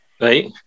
Right